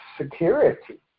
security